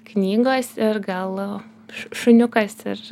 knygos ir gal š šuniukas ir